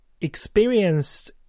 experienced